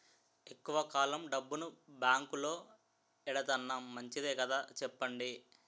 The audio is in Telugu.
ఎక్కువ కాలం డబ్బును బాంకులో ఎడతన్నాం మంచిదే కదా చెప్పండి